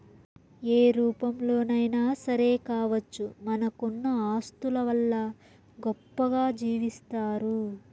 ఏ రూపంలోనైనా సరే కావచ్చు మనకున్న ఆస్తుల వల్ల గొప్పగా జీవిస్తారు